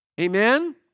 Amen